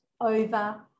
over